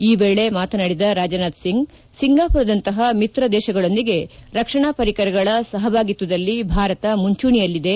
ಈ ವೇಳೆ ಮಾತನಾಡಿದ ರಾಜನಾಥ್ಸಿಂಗ್ ಸಿಂಗಾಮರದಂತಪ ಮಿತ್ರ ದೇಶಗಳೊಂದಿಗೆ ರಕ್ಷಣಾ ಪರಿಕರಗಳ ಸಹಭಾಗಿತ್ವದಲ್ಲಿ ಭಾರತ ಮುಂಚೂಣಿಯಲ್ಲಿದೆ